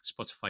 Spotify